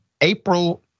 April